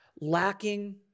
lacking